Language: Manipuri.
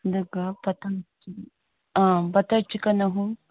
ꯑꯗꯨꯒ ꯕꯠꯇꯔ ꯆꯤꯛꯀꯟ ꯑꯍꯨꯝ